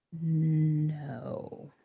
no